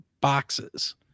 boxes